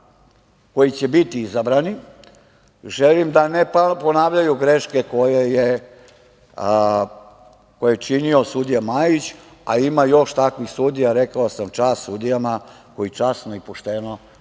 koji će biti izabrani, želim da ne ponavljaju greške koje je činio sudija Majić, a ima još takvih sudija. Rekao sam, čast sudijama koji časno i pošteno